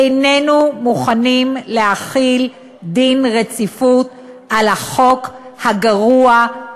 איננו מוכנים להחיל דין רציפות על החוק הגרוע,